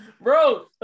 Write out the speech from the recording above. Bro